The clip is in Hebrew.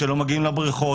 שלא מגיעות לבריכות,